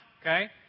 Okay